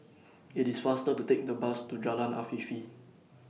IT IS faster to Take The Bus to Jalan Afifi